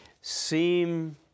seem